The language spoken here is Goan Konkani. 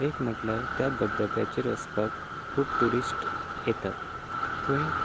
एक म्हणल्यार त्या धबधब्याचेर वचपाक खूब ट्युरिस्ट येतात